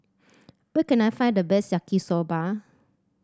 where can I find the best Yaki Soba